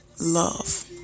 love